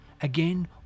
Again